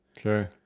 Sure